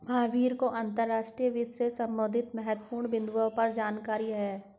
महावीर को अंतर्राष्ट्रीय वित्त से संबंधित महत्वपूर्ण बिन्दुओं पर जानकारी है